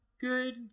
good